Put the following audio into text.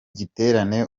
giterane